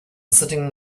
sitting